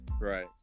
right